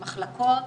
מחלקות